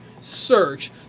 search